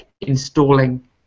installing